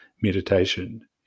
meditation